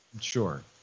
Sure